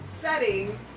setting